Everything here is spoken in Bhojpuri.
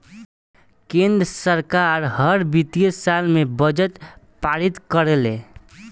केंद्र सरकार हर वित्तीय साल में बजट पारित करेले